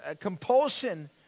compulsion